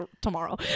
tomorrow